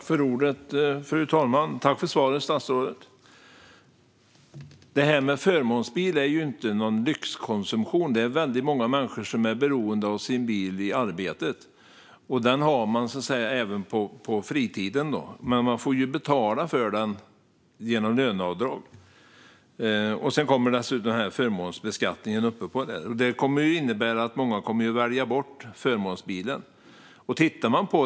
Fru talman! Tack för svaret, statsrådet! Förmånsbil är inte någon lyxkonsumtion. Det är väldigt många människor som är beroende av sin bil i arbetet, och så använder man den även på fritiden. Det får man betala för genom löneavdrag, och sedan kommer förmånsbeskattningen ovanpå det. Detta kommer att innebära att många väljer bort förmånsbilen.